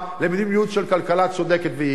למול מדיניות של כלכלה צודקת ויעילה.